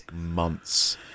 months